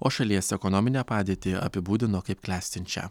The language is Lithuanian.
o šalies ekonominę padėtį apibūdino kaip klestinčią